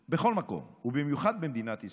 אופיר, אני חושב שדווקא אלה שהעבירו פלאפונים